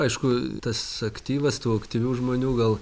aišku tas aktyvas tų aktyvių žmonių gal